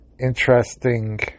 interesting